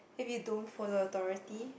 if you don't follow authority